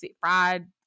fried